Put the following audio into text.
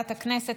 ועדת הכנסת.